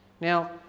Now